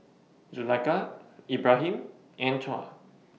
Zulaikha Ibrahim and Tuah